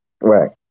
right